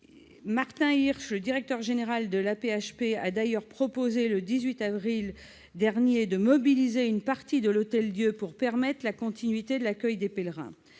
Martin Hirsch, directeur général de l'AP-HP, a d'ailleurs proposé, le 18 avril dernier, de mobiliser une partie de l'établissement pour permettre la continuité de l'accueil des pèlerins.